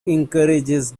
encourages